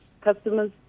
customers